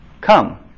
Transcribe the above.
Come